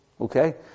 okay